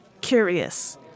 curious